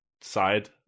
side